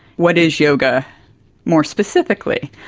what is yoga more specifically.